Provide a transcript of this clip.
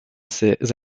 ses